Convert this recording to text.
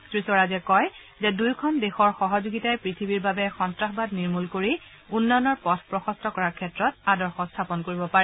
শ্ৰী স্বৰাজে কয় যে দুয়োখন দেশৰ সহযোগিতাই পৃথিৱীৰ বাবে সন্তাসবাদ নিৰ্মূল কৰি উন্নয়নৰ পথ প্ৰশস্ত কৰাৰ ক্ষেত্ৰত আদৰ্শ স্থাপন কৰিব পাৰে